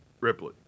Ripley